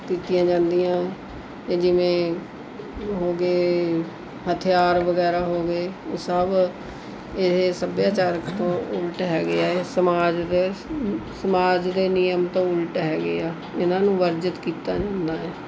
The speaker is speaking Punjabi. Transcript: ਕੀਤੀਆਂ ਜਾਂਦੀਆਂ ਅਤੇ ਜਿਵੇਂ ਹੋ ਗਏ ਹਥਿਆਰ ਵਗੈਰਾ ਹੋ ਗਏ ਉਹ ਸਭ ਇਹ ਸੱਭਿਆਚਾਰਕ ਤੋਂ ਉਲਟ ਹੈਗੇ ਹੈ ਇਹ ਸਮਾਜ ਦੇ ਸਮਾਜ ਦੇ ਨਿਯਮ ਤੋਂ ਉਲਟ ਹੈਗੇ ਆ ਇਹਨਾਂ ਨੂੰ ਵਰਜਿਤ ਕੀਤਾ ਜਾਂਦਾ ਹੈ